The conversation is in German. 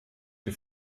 die